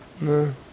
no